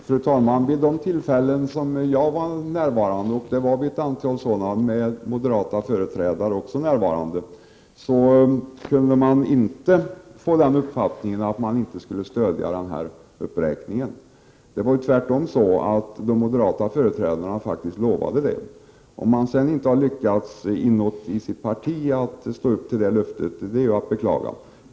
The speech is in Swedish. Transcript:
Fru talman! Vid de tillfällen där jag var närvarande, och det var ett antal sådana, och där också moderata företrädare fanns närvarande kunde jag inte få den uppfattningen att moderata samlingspartiet inte skulle stödja uppräkningen. Det var tvärtom så att de moderata företrädarna faktiskt lovade det. Om man sedan inom sitt parti inte lyckats hålla detta löfte är det att beklaga.